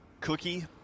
Cookie